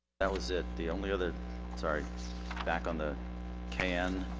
that was it the only other sorry back on the kn